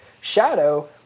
shadow